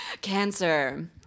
Cancer